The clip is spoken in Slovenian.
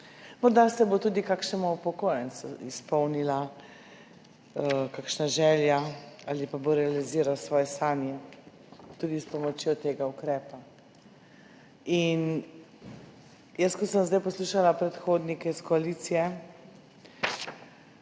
Morda se bo tudi kakšnemu upokojencu izpolnila kakšna želja ali pa bo realiziral svoje sanje tudi s pomočjo tega ukrepa. Ko sem zdaj poslušala predhodnike iz koalicije,